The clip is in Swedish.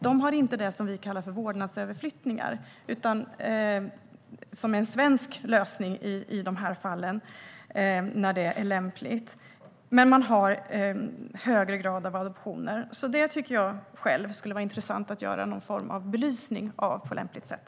De har inte det som vi kallar för vårdnadsöverflyttningar, som är en svensk lösning i de här fallen när det är lämpligt, men de har en högre grad av adoptioner. Det tycker jag själv skulle vara intressant att göra någon form av belysning av på lämpligt sätt.